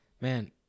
Man